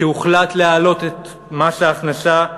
כשהוחלט להעלות את מס ההכנסה,